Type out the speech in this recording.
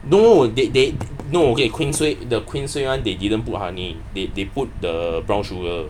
no they they no they queens way the queens way [one] they didn't put honey they they put the brown sugar